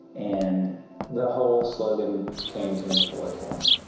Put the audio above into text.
and the whole slogan came to me fully formed.